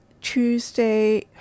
Tuesday